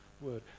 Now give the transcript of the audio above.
word